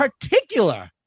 particular